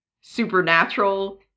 supernatural